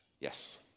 Yes